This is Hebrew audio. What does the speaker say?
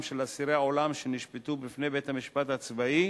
של אסירי עולם שנשפטו בפני בית-המשפט הצבאי